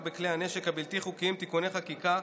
בכלי הנשק הבלתי-חוקיים (תיקוני חקיקה).